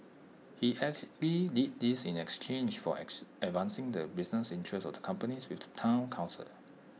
he did this in exchange for advancing the business interests of the companies with the Town Council